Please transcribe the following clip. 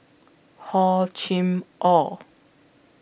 Hor Chim Or